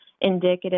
indicative